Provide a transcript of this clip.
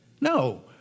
No